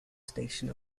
station